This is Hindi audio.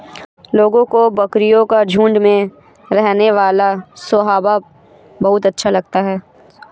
लोगों को बकरियों का झुंड में रहने वाला स्वभाव बहुत अच्छा लगता है